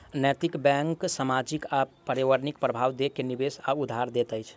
नैतिक बैंक सामाजिक आ पर्यावरणिक प्रभाव देख के निवेश वा उधार दैत अछि